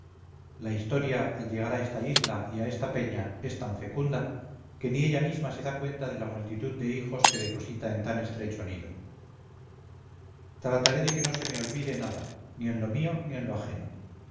la historia al llegar a esta isla y a esta peña es tan fecunda que ni ella misma se da cuenta de la multitud de hijos que deposita en tan estrecho nido trataré de que no se me olvide nada ni en lo mío ni en lo ajeno